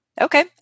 Okay